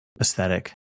aesthetic